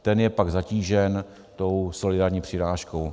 Ten je pak zatížen tou solidární přirážkou.